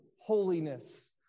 holiness